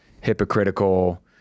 hypocritical